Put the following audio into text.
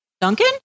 Duncan